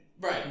right